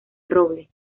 roble